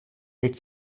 teď